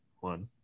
one